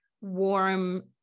warm